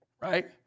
right